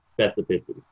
specificity